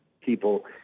people